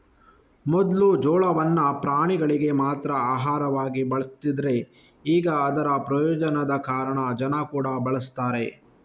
ಮೊದ್ಲು ಜೋಳವನ್ನ ಪ್ರಾಣಿಗಳಿಗೆ ಮಾತ್ರ ಆಹಾರವಾಗಿ ಬಳಸ್ತಿದ್ರೆ ಈಗ ಅದರ ಪ್ರಯೋಜನದ ಕಾರಣ ಜನ ಕೂಡಾ ಬಳಸ್ತಾರೆ